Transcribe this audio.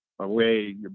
away